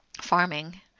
farming